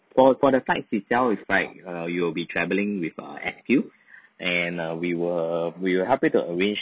for for the flight itself it's like you will be traveling with err S_Q and uh we will we will help you to arrange